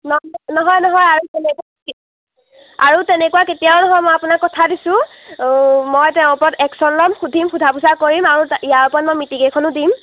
ন নহয় নহয় আৰু তেনেকুৱা কে আৰু তেনেকুৱা কেতিয়াও নহয় মই আপোনাক কথা দিছোঁ মই তেওঁৰ ওপৰত একশ্যন ল'ম সুধিম সোধা পোচা কৰিম আৰু তা ইয়াৰ ওপৰত মই মিটিং এখনো দিম